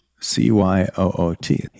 C-Y-O-O-T